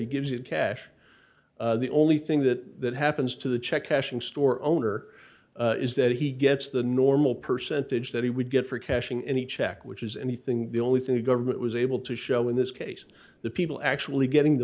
he gives you cash the only thing that happens to the check cashing store owner is that he gets the normal percentage that he would get for cashing any check which is anything the only thing the government was able to show in this case the people actually getting the